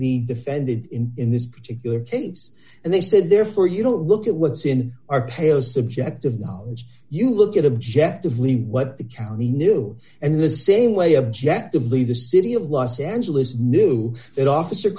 the defendant in this particular case and they said therefore you don't look at what's in our pale subjective knowledge you look at objective leave what the county knew and the same way objective the the city of los angeles knew that officer